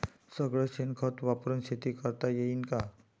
सगळं शेन खत वापरुन शेती करता येईन का?